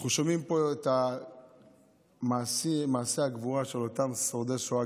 אנחנו שומעים פה את מעשי הגבורה של אותם שורדי שואה,